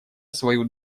свою